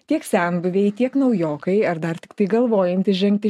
tiek senbuviai tiek naujokai ar dar tiktai galvojantys žengti